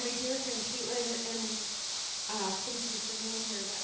dear friend caitlin, and thank you for being here.